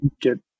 get